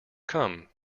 come